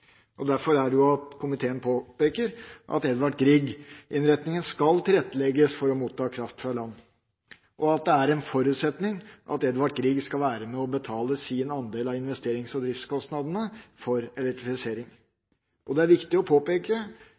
øker. Derfor påpeker komiteen at Edvard Grieg-innretningen skal tilrettelegges for å motta kraft fra land, og at det er en forutsetning at Edvard Grieg-feltet skal være med og betale sin andel av investerings- og driftskostnadene for elektrifisering. Det er viktig å påpeke